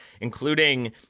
including